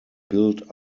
built